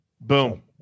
Boom